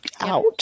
out